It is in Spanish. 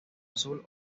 azul